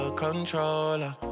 controller